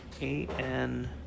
A-N